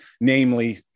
namely